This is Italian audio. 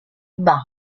banco